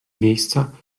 miejsca